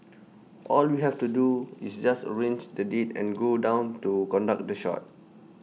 all we have to do is just arrange the date and go down to conduct the shoot